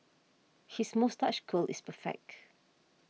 his moustache curl is perfect